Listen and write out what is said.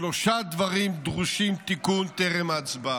שלושה דברים דרושים תיקון טרם ההצבעה: